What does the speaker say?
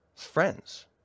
friends